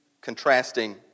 contrasting